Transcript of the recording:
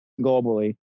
globally